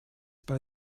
bei